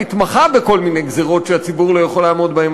מתמחה בכל מיני גזירות שהציבור לא יכול לעמוד בהן,